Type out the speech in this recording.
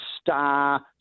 star